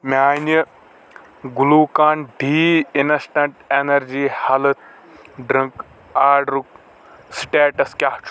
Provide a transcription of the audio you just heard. میانہِ Glucon D instant energy health drink آڈرُک status کیٚاہ چھ؟